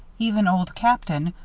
even old captain,